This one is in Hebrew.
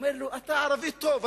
הוא אומר לו: אתה ערבי טוב,